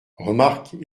remarque